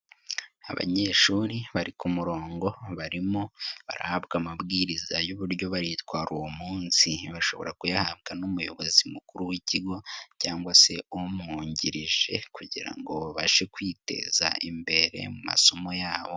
Abanyeshuri bari ku murongo barimo barahabwa amabwiriza y'uburyo baritwara uwo munsi, bashobora kuyahabwa n'umuyobozi mukuru w'ikigo cyangwa se umwungirije kugira ngo babashe kwiteza imbere mu masomo yabo.